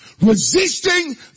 resisting